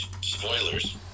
Spoilers